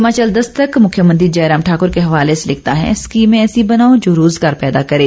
हिमाचल दस्तक मुख्यमंत्री जयराम ठाकुर के हवाले से लिखता है स्कीमें ऐसी बनाओ जो रोज़गार पैदा करे